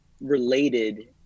related